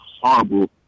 horrible